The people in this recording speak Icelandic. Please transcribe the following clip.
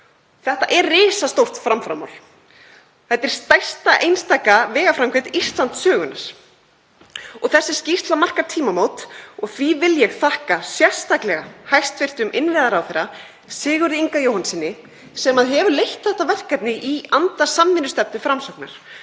Þetta er risastórt framfaramál. Þetta er stærsta einstaka vegaframkvæmd Íslandssögunnar og þessi skýrsla markar tímamót. Því vil ég þakka sérstaklega hæstv. innviðaráðherra, Sigurði Inga Jóhannssyni, sem hefur leitt þetta verkefni í anda samvinnustefnu Framsóknar